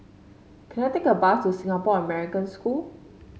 can I take a bus to Singapore American School